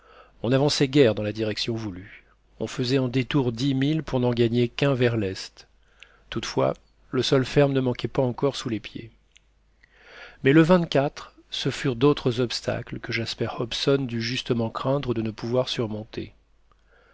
on n'avançait guère dans la direction voulue on faisait en détours dix milles pour n'en gagner qu'un vers l'est toutefois le sol ferme ne manquait pas encore sous les pieds mais le ce furent d'autres obstacles que jasper hobson dut justement craindre de ne pouvoir surmonter